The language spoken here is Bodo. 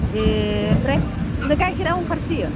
ए ओमफ्राय गाइखेरा अंखारसोयो